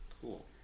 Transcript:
cool